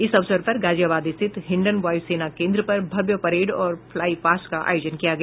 इस अवसर पर गाजियाबाद स्थित हिंडन वायु सेना केन्द्र पर भव्य परेड और फ्लाईपास का आयोजन किया गया